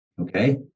okay